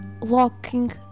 locking